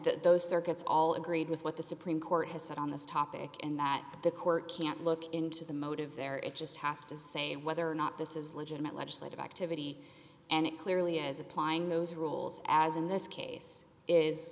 those circuits all agreed with what the supreme court has said on this topic and that the court can't look into the motive there it just has to say whether or not this is legitimate legislative activity and it clearly is applying those rules as in this case is